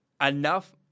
enough